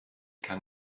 kann